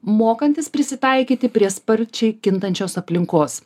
mokantis prisitaikyti prie sparčiai kintančios aplinkos